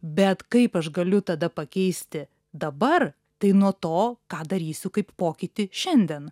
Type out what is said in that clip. bet kaip aš galiu tada pakeisti dabar tai nuo to ką darysiu kaip pokytį šiandien